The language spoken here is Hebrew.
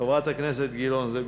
חברת הכנסת גלאון, זה בשבילך,